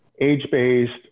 age-based